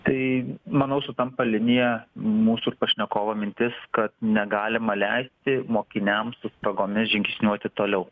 tai manau sutampa linija mūsų pašnekovo mintis kad negalima leisti mokiniams su spragomis žingsniuoti toliau